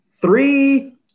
three